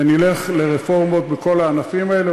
ונלך לרפורמות בכל הענפים האלה,